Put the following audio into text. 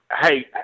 Hey